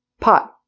pot